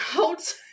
out